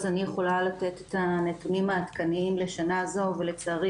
אז אני יכולה לתת את הנתונים העדכניים לשנה זו ולצערי